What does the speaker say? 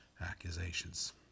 accusations